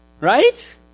Right